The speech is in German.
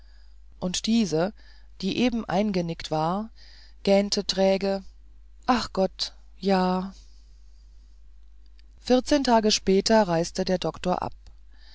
und diese die eben eingenickt war gähnte träge ach gott ja vierzehn tage später reiste der doktor ab